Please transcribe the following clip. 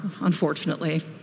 Unfortunately